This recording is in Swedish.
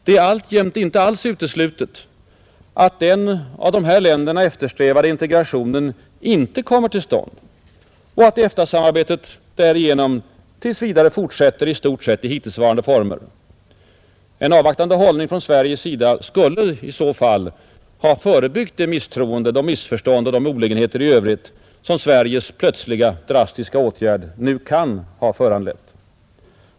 Det är alltjämt inte alls uteslutet att den av dessa länder eftersträvade integrationen inte kommer till stånd och att EFTA-samarbetet därigenom fortsätter i stort sett i hittillsvarande former. En avvaktande hållning från Sveriges sida skulle i så fall ha förebyggt det misstroende, de missförstånd och de olägenheter i övrigt som Sveriges plötsliga drastiska åtgärd nu kan ha föranlett.